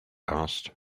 asked